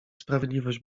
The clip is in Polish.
sprawiedliwość